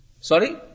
Sorry